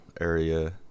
area